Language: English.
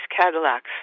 Cadillacs